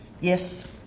yes